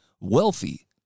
wealthy